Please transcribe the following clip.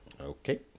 Okay